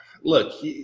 Look